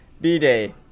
b-day